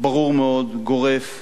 ברור מאוד, גורף,